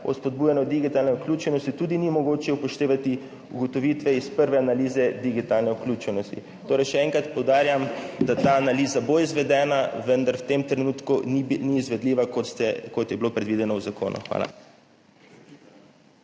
o spodbujanju digitalne vključenosti tudi ni mogoče upoštevati ugotovitve iz prve analize digitalne vključenosti. Torej še enkrat poudarjam, da ta analiza bo izvedena, vendar v tem trenutku ni izvedljiva, kot je bilo predvideno v zakonu. Hvala.